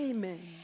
Amen